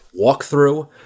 walkthrough